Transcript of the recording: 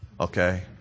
Okay